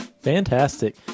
Fantastic